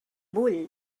vull